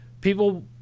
people